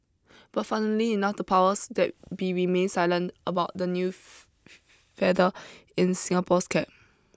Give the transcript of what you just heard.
but funnily enough the powers that be remained silent about the new feather in Singapore's cap